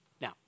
Now